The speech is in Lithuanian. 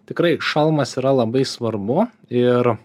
tikrai šalmas yra labai svarbu ir